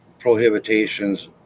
prohibitations